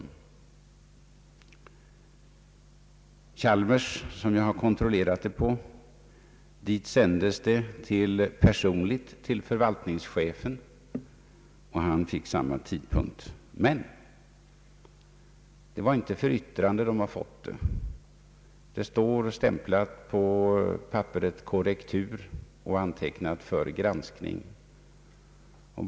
Hos Chalmers, där jag har kontrollerat saken, var försändelsen ställd till förvaltningschefen personligen, och han fick samma tidsfrist. Emellertid var det inte för yttrande utkastet utsändes. På papperet står det stämplat »Korrektur», och vidare finns där antecknat »För granskning».